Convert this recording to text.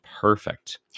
Perfect